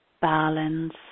balance